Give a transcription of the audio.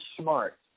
smart